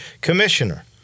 commissioner